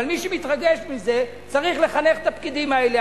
אבל מי שמתרגש מזה צריך לחנך את הפקידים האלה.